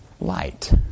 light